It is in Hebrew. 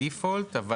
ברירת המחדל,